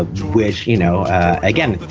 ah which, you know, again,